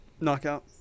Knockout